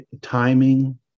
timing